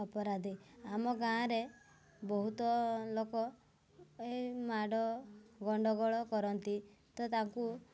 ଅପରାଧୀ ଆମ ଗାଁରେ ବହୁତ ଲୋକ ଏ ମାଡ଼ ଗଣ୍ଡଗୋଳ କରନ୍ତି ତ ତାଙ୍କୁ